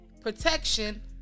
protection